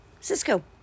Cisco